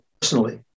personally